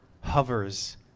hovers